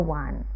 one